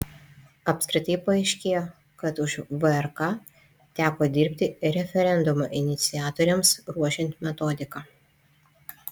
apskritai paaiškėjo kad už vrk teko dirbti referendumo iniciatoriams ruošiant metodiką